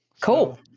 Cool